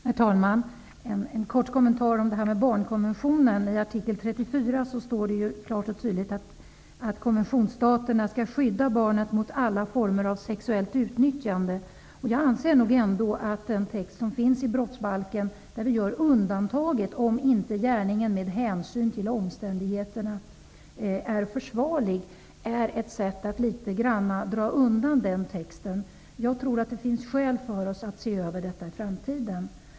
Herr talman! Jag vill ge en kort kommentar till frågan om barnkonventionen. I artikel 34 står det klart och tydligt att konventionsstaterna skall skydda barnet mot alla former av sexuellt utnyttjande. Brottsbalkens text som gör undantaget att om inte gärningen med hänsyn till omständigheterna är försvarlig, är ett sätt att litet grand dra undan den texten. Jag tror att det finns skäl att se över detta i framtiden.